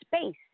space